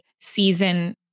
season